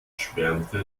schwärmte